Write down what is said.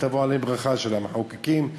ותבוא ברכה על המחוקקים,